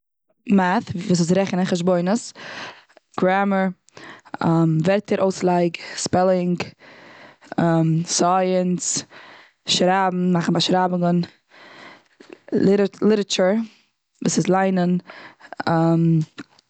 מעט, וואס איז רעכענען חשבונות, גרעמער, ווערטער אויסלייג, ספעלינג, סייענס, שרייבן מאכן באשרייבונגען, ליטערטור, וואס איז ליינען.